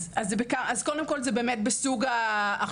אז קודם כל זה באמת בסוג ההכשרות.